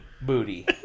Booty